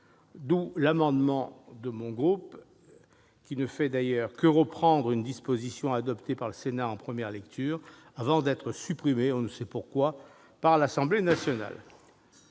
D'où l'amendement de mon groupe, par lequel nous ne faisons d'ailleurs que reprendre une disposition adoptée par le Sénat en première lecture avant d'être supprimée, on ne sait pourquoi, par l'Assemblée nationale.